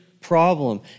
problem